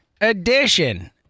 edition